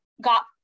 got